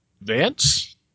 Vance